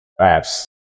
apps